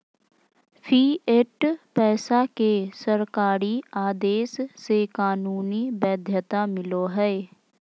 fiat पैसा के सरकारी आदेश से कानूनी वैध्यता मिलो हय